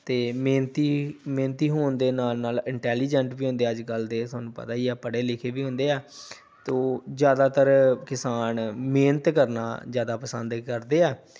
ਅਤੇ ਮਿਹਨਤੀ ਮਿਹਨਤੀ ਹੋਣ ਦੇ ਨਾਲ ਨਾਲ ਇੰਟੈਲੀਜੈਂਟ ਵੀ ਹੁੰਦੇ ਅੱਜ ਕੱਲ੍ਹ ਦੇ ਤੁਹਾਨੂੰ ਪਤਾ ਹੀ ਆ ਪੜ੍ਹੇ ਲਿਖੇ ਵੀ ਹੁੰਦੇ ਆ ਤੋਂ ਜ਼ਿਆਦਾਤਰ ਕਿਸਾਨ ਮਿਹਨਤ ਕਰਨਾ ਜ਼ਿਆਦਾ ਪਸੰਦ ਕਰਦੇ ਆ